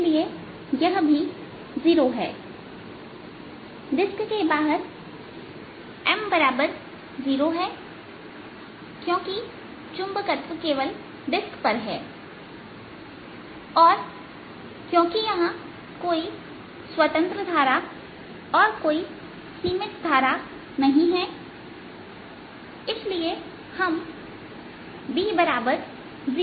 इसलिए यह भी 0 है डिस्क के बाहर M0 है क्योंकि चुंबकत्व केवल डिस्क पर है और क्योंकि यहां कोई स्वतंत्र धारा और कोई सीमित धारा नहीं है इसलिए हम B0 लिख सकते हैं